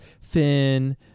Finn